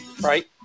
right